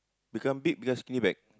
become big become skinny back